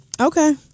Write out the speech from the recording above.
Okay